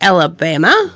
Alabama